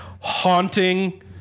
haunting